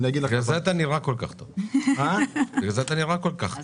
בגלל זה אתה נראה כל כך טוב,